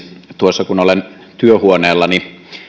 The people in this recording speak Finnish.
tuossa kun olen työhuoneellani